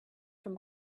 from